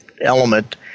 element